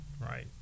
right